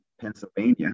Pennsylvania